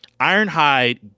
Ironhide